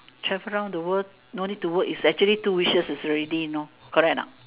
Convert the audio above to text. travel around the work don't need to work is actually two wishes already no correct or not